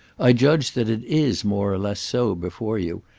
i judge that it is more or less so before you,